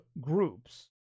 groups